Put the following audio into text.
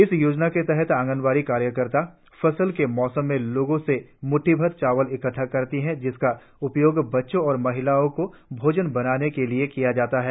इस योजना के तहत अंगनवाड़ी कार्यकर्ता फसल के मौसम में लोगों से मुट्ठीभर चावल इकट्ठा करती है जिसका उपयोग बच्चों और महिलाओ का भोजन बनाने के लिए किया जाता है